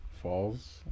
Falls